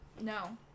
No